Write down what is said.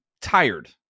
tired